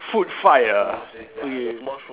food fight ah okay